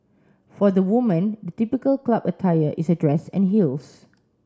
for the woman the typical club attire is a dress and heels